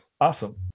awesome